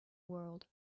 world